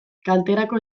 kalterako